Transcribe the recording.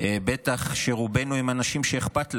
ובטח כשרובנו אנשים שאכפת להם,